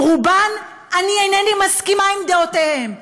עם רובן אני אינני מסכימה, עם דעותיהן.